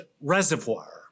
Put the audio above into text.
reservoir